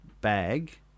bag